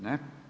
Ne.